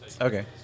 Okay